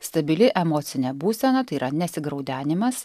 stabili emocinė būsena tai yra nesigraudenimas